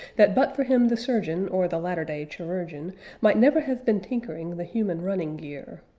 that but for him the surgeon or the latter-day chirurgeon might never have been tinkering the human running gear.